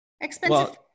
expensive